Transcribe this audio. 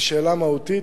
היא שאלה מהותית.